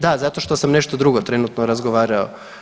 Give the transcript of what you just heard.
Da, zato što sam nešto drugo trenutno razgovarao.